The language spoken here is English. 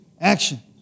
action